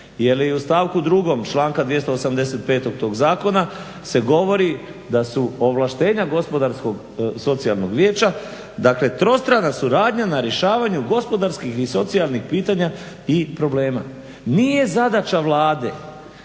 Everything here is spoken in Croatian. Jer i u stavku drugom članka 285. tog zakona se govori da su ovlaštenja Gospodarskog socijalnog vijeća, dakle trostrana suradnja na rješavanju gospodarskih i socijalnih pitanja i problema. Nije zadaća Vlade